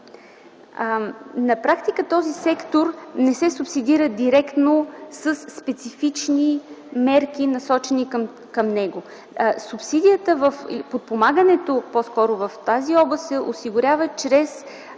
На практика този сектор не се субсидира директно със специфични мерки, насочени към него. Субсидията, подпомагането по-скоро, в тази област се осъществява чрез